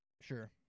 Sure